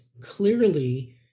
clearly